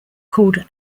called